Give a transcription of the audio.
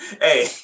Hey